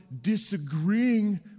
disagreeing